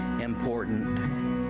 important